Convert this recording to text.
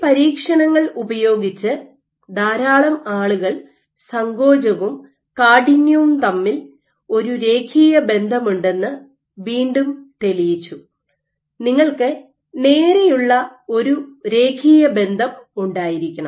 ഈ പരീക്ഷണങ്ങൾ ഉപയോഗിച്ച് ധാരാളം ആളുകൾ സങ്കോചവും കാഠിന്യവും തമ്മിൽ ഒരു രേഖീയ ബന്ധമുണ്ടെന്ന് വീണ്ടും തെളിയിച്ചു നിങ്ങൾക്ക് നേരെയുള്ള രേഖീയ ബന്ധം ഉണ്ടായിരിക്കണം